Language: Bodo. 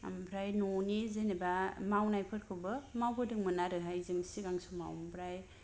ओमफ्राय न'नि जेनोबा मावनायफोरखौबो मावबोदोंमोन आरोहाय जों सिगां समाव ओमफ्राय